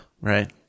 right